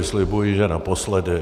Slibuji, že naposledy.